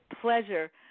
pleasure